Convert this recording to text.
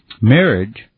marriage